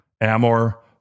Amor